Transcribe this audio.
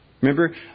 Remember